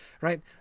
Right